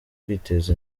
kwiteza